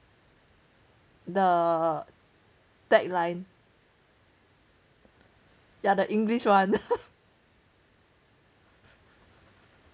the tagline ya the english [one]